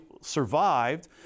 survived